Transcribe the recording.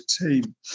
team